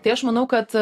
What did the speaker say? tai aš manau kad